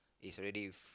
is already